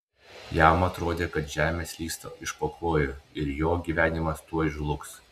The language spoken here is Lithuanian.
jam atrodė kad žemė slysta iš po kojų ir jo gyvenimas tuoj žlugs